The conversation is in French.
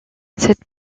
cette